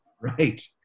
Right